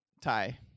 Tie